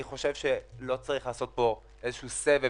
אני חושב שלא צריך לעשות פה איזה שהוא סבב